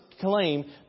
claim